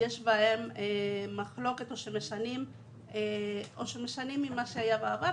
שיש בהם מחלוקת או שמשנים ממה שהיה בעבר